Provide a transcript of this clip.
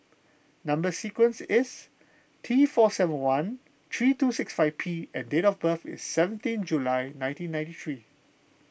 Number Sequence is T four seven one three two six five P and date of birth is seventeen July nineteen ninety three